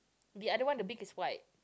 the other one the beak is white